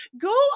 go